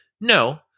no